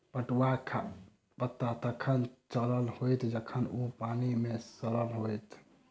पटुआक पता तखन चलल होयत जखन ओ पानि मे सड़ल होयत